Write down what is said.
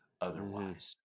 otherwise